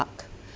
art